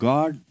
God